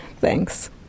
Thanks